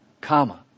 Comma